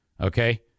Okay